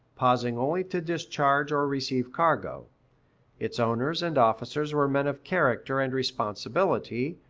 pausing only to discharge or receive cargo its owners and officers were men of character and responsibility,